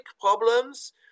problems